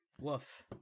Woof